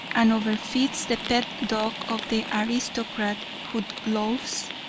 and over-feeds the pet dog of the aristocrat, who loafs?